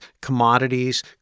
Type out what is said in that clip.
commodities